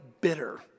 bitter